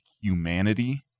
humanity